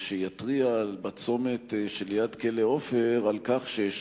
שיתריע בצומת שליד כלא "עופר" על כך שיש